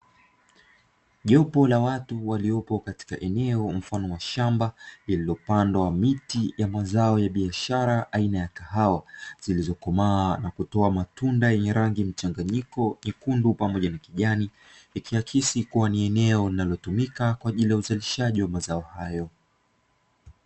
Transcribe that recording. Jopo la watu waliopo katika eneo mfano wa shamba, lililopandwa miti ya mazao ya biashara aina ya kahawa, zilizokomaa na kutoa matunda yenye rangi mchanganyiko nyekundu pamoja na ya kijani, ikiakisi kuwa ni eneo linalotumika kwa ajili ya uzalishaji wa mazao hayo.